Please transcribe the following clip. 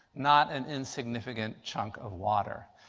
not an insignificant chunk of water.